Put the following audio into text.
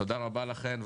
תודה רבה לכן.